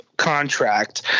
contract